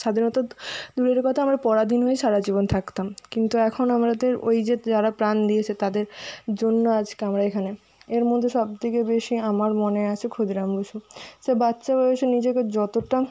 স্বাধীনতা দূরের কথা আমরা পরাধীন হয়েই সারাজীবন থাকতাম কিন্তু এখন আমাদের ওই যে যারা প্রাণ দিয়েছে তাদের জন্য আজকে আমরা এখানে এর মধ্যে সবথেকে বেশি আমার মনে আছে ক্ষুদিরাম বসু সে বাচ্চা বয়সে নিজেকে যতটা